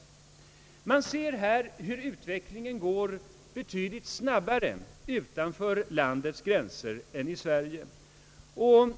Man ser alltså hur utvecklingen går betydligt snabbare utanför landets gränser än i Sverige.